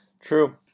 True